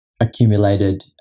accumulated